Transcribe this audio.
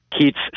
Keats